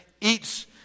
eats